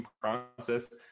process